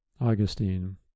Augustine